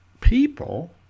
people